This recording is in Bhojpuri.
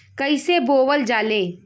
कईसे बोवल जाले?